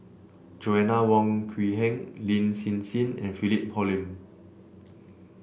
Joanna Wong Quee Heng Lin Hsin Hsin and Philip Hoalim